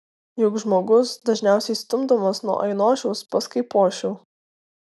juk žmogus dažniausiai stumdomas nuo ainošiaus pas kaipošių